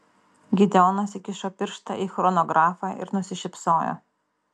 gideonas įkišo pirštą į chronografą ir nusišypsojo